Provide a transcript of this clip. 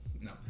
No